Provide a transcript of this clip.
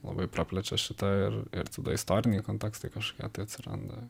labai praplečia šitą ir ir tada istoriniai kontekstai kažkokie atsiranda